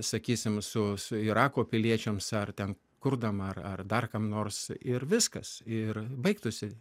sakysim su su irako piliečiams ar ten kurdam ar ar dar kam nors ir viskas ir baigtųsi